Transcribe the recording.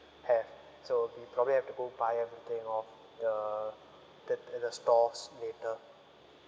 have so we probably have to go buy everything off the the the stores later